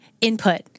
input